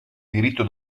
diritto